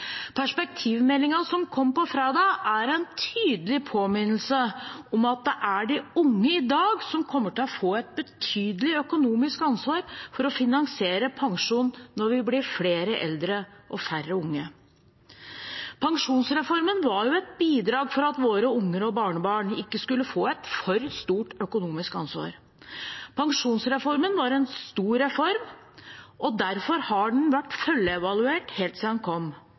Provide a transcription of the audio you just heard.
som kom på fredag, er en tydelig påminnelse om at det er de unge i dag som kommer til å få et betydelig økonomisk ansvar for å finansiere pensjonen når vi blir flere eldre og færre unge. Pensjonsreformen var et bidrag til at våre unger og våre barnebarn ikke skulle få et for stort økonomisk ansvar. Pensjonsreformen var en stor reform, og derfor har den vært følgeevaluert helt siden den kom.